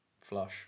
Flush